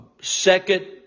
second